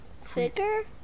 Figure